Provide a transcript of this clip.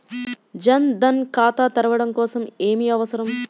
జన్ ధన్ ఖాతా తెరవడం కోసం ఏమి అవసరం?